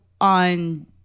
on